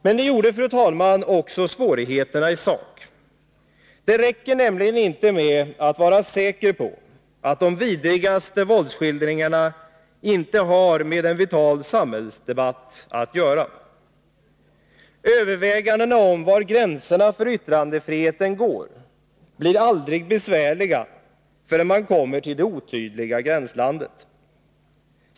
Men det gjorde också, fru talman, svårigheterna i sak. Det räcker nämligen inte med att vara säker på att de vidrigaste våldsskildringarna inte har med en vital samhällsdebatt att göra. Övervägandena om var gränserna för yttrandefriheten går blir aldrig besvärliga förrän man kommer till det otydliga gränslandet.